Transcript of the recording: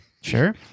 sure